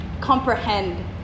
comprehend